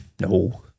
No